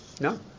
No